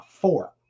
four